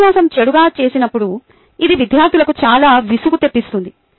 ఉపన్యాసం చెడుగా చేసినప్పుడు ఇది విద్యార్థులకు చాలా విసుగు తెప్పిస్తుంది